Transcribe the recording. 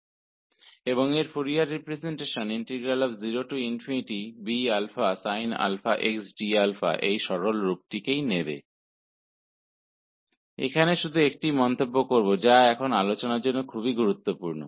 और इसका Fourier representation इस सरलीकृत रूप को 0 B sinx d इस प्रकार लेगा यहाँ सिर्फ एक टिप्पणी है जो अब चर्चा के लिए बहुत महत्वपूर्ण है